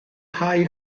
nghae